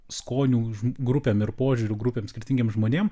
skonių grupėm ir požiūrių grupėm skirtingiem žmonėm